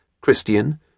Christian